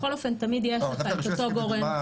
בכל אופן, תמיד יש את אותו גורם.